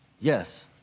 Yes